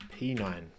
P9